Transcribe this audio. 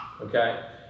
Okay